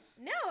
No